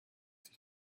sich